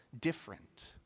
different